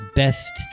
best